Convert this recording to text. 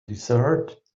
desert